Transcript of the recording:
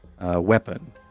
weapon